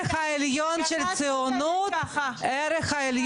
גם את חושבת ככה.